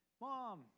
mom